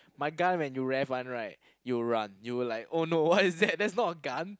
my gun when you rev one right you'll run you will like oh no what is that that's not a gun